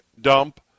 Dump